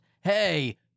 hey